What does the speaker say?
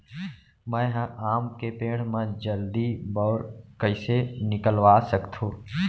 मैं ह आम के पेड़ मा जलदी बौर कइसे निकलवा सकथो?